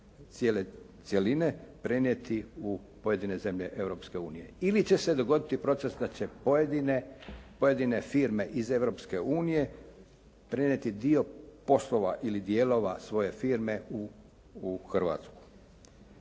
cjeline prenijeti u pojedine zemlje Europske unije? Ili će se dogoditi proces da će pojedine firme iz Europske unije prenijeti dio poslova ili dijelova svoje firme u Hrvatsku.